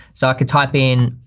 so i could type in